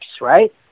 right